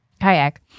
Kayak